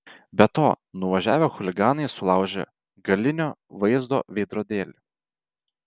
be to nuvažiavę chuliganai sulaužė galinio vaizdo veidrodėlį